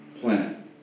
plan